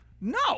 no